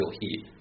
heat